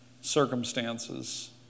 circumstances